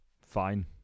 Fine